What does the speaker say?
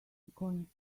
going